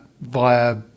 via